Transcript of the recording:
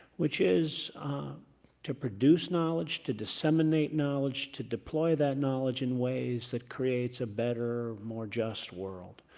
which is to produce knowledge, to disseminate knowledge, to deploy that knowledge in ways that creates a better, more just world.